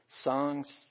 songs